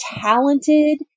talented